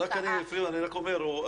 אני רק אומר,